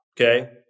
okay